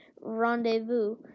Rendezvous